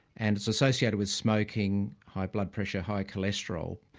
and it's associated with smoking, high blood pressure, high cholesterol.